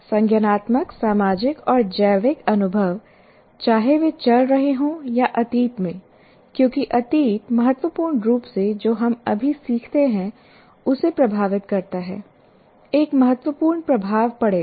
संज्ञानात्मक सामाजिक और जैविक अनुभव चाहे वे चल रहे हों या अतीत में क्योंकि अतीत महत्वपूर्ण रूप से जो हम अभी सीखते हैं उसे प्रभावित करता है एक महत्वपूर्ण प्रभाव पड़ेगा